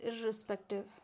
irrespective